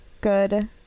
good